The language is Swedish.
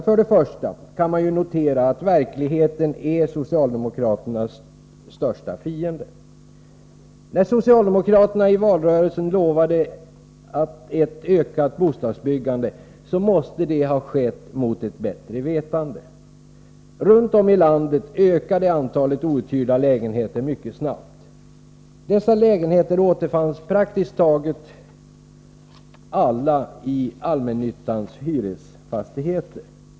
För det första kan man notera att verkligheten är socialdemokraternas största fiende. När socialdemokraterna i valrörelsen lovade ett ökat bostadsbyggande måste detta ha skett mot bättre vetande. Runt om i landet ökade antalet outhyrda lägenheter mycket snabbt. Dessa lägenheter återfanns praktiskt taget alla i allmännyttans hyresfastigheter.